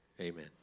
amen